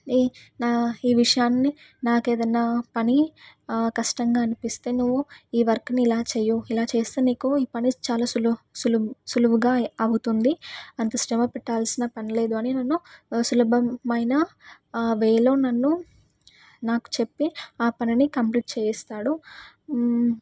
ఈ నా ఈ విషయాన్ని నాకు ఏదన్నా పని కష్టంగా అనిపిస్తే నువ్వు ఈ వర్క్ని ఇలా చేయి ఇలా చేస్తే నీకు ఈ పని చాలా సులు సులు సులభంగా అవుతుంది అంత శ్రమ పెట్టాల్సిన పనిలేదు అని నన్ను సులభమైన ఆ వేలో నన్ను నాకు చెప్పి ఆ పనిని కంప్లీట్ చేయిస్తాడు